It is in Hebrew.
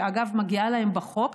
שאגב מגיעה להם בחוק,